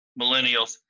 millennials